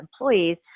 employees